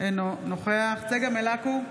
אינו נוכח צגה מלקו,